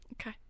Okay